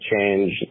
change